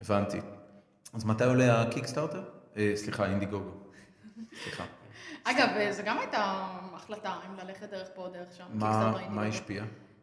הבנתי. אז מתי עולה הקיקסטארטר? סליחה, אינדיגוגו. אגב, זו גם הייתה החלטה אם ללכת דרך פה או דרך שם, קיקסטארטר אינדיגוגו. מה השפיע?